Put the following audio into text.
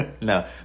No